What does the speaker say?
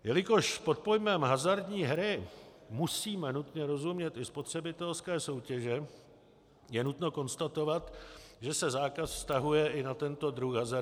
Jelikož pod pojmem hazardní hry musíme nutně rozumět i spotřebitelské soutěže, je nutno konstatovat, že se zákaz vztahuje i na tento druh hazardních her.